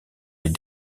les